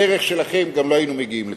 בדרך שלכם גם לא היינו מגיעים לכלום.